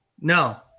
No